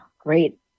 Great